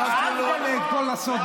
נתתי לו, אדוני לא יגלה את כל הסודות.